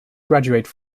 graduate